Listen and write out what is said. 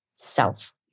self